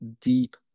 deep